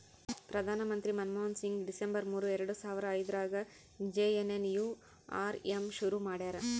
ಪ್ರಧಾನ ಮಂತ್ರಿ ಮನ್ಮೋಹನ್ ಸಿಂಗ್ ಡಿಸೆಂಬರ್ ಮೂರು ಎರಡು ಸಾವರ ಐದ್ರಗಾ ಜೆ.ಎನ್.ಎನ್.ಯು.ಆರ್.ಎಮ್ ಶುರು ಮಾಡ್ಯರ